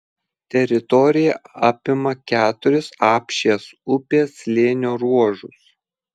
teritorija apima keturis apšės upės slėnio ruožus